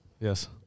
Yes